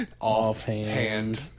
Offhand